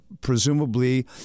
presumably